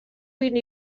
vint